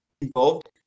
involved